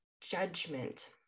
judgment